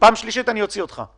בפעם שלישית אני אוציא אותך.